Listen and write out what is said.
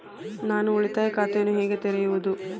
ನಾನು ಉಳಿತಾಯ ಖಾತೆಯನ್ನು ಹೇಗೆ ತೆರೆಯುವುದು?